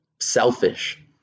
selfish